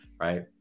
right